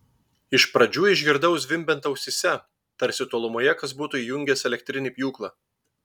iš pradžių išgirdau zvimbiant ausyse tarsi tolumoje kas būtų įjungęs elektrinį pjūklą